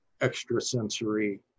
extrasensory